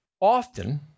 often